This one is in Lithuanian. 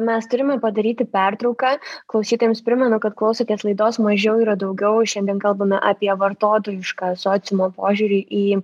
mes turime padaryti pertrauką klausytojams primenu kad klausotės laidos mažiau yra daugiau šiandien kalbame apie vartotojišką sociumo požiūrį į